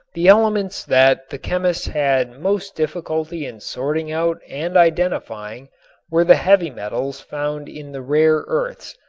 the elements that the chemists had most difficulty in sorting out and identifying were the heavy metals found in the rare earths.